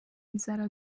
nzara